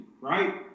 right